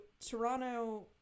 Toronto